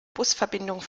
busverbindung